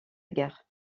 guerre